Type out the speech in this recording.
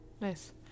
Nice